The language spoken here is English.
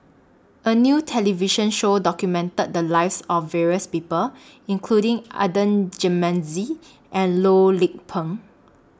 A New television Show documented The Lives of various People including Adan Jimenez and Loh Lik Peng